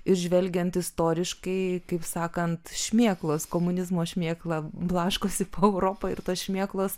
ir žvelgiant istoriškai kaip sakant šmėklos komunizmo šmėkla blaškosi po europą ir tos šmėklos